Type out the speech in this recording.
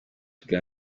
ubwa